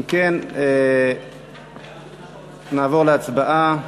אם כן, נעבור להצבעה.